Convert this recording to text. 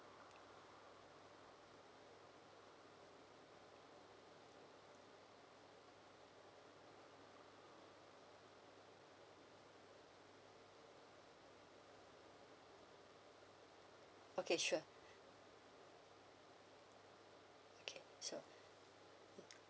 okay sure okay so